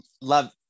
love